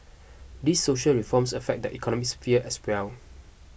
these social reforms affect the economic sphere as well